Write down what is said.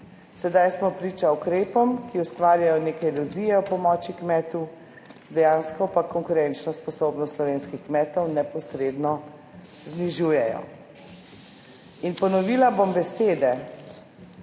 Sedaj smo priča ukrepom, ki ustvarjajo neke iluzije o pomoči kmetu, dejansko pa konkurenčno sposobnost slovenskih kmetov neposredno znižujejo. In ponovila bom besede